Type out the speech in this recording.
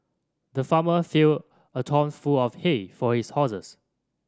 the farmer filled a trough full of hay for his horses